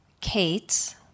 Kate